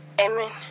Amen